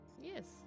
Yes